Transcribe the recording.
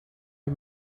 her